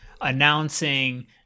announcing